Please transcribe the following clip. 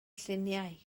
lluniau